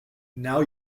now